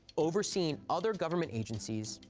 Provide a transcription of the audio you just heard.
overseeing other government agencies,